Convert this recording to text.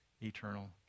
eternal